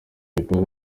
rwigara